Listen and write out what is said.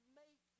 make